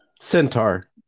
Centaur